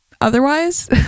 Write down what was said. Otherwise